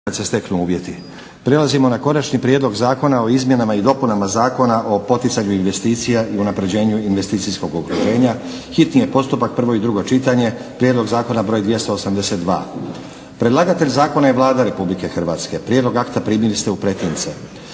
Nenad (SDP)** Prelazimo na - Konačni prijedlog zakona o izmjenama i dopunama zakona o poticanju investicija i unapređenju investicijskog okruženja, hitni postupak, prvo i drugo čitanje, prijedlog zakona br. 282 Predlagatelj zakona je Vlada RH. Prijedlog akta primili ste u pretince.